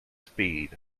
speed